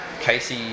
Casey